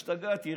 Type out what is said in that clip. השתגעתי.